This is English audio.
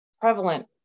prevalent